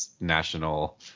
national